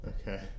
Okay